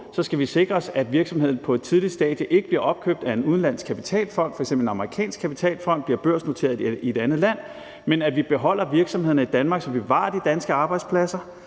så skal vi sikre os, at virksomheden på et tidligt stadie ikke bliver opkøbt af en udenlandsk kapitalfond, f.eks. en amerikansk kapitalfond, og bliver børsnoteret i et andet land, men at vi beholder virksomhederne i Danmark, så vi bevarer de danske arbejdspladser